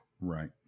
right